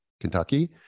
Kentucky